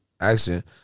accent